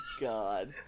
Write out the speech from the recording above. god